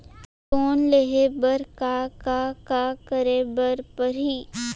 Loan लेहे बर का का का करे बर परहि?